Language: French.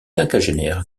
quinquagénaire